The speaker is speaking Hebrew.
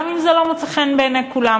גם אם זה לא מוצא חן בעיני כולם.